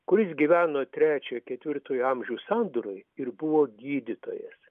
kuris gyveno trečio ketvirtojo amžių sandūroj ir buvo gydytojas